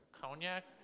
cognac